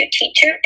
teacher